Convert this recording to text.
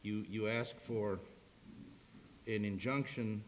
you you ask for an injunction